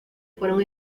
fueron